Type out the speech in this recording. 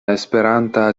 esperanta